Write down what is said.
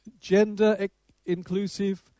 gender-inclusive